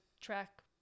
track